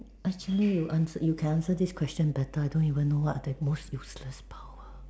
actually you answer you can answer this question better I don't even know what is the most useless power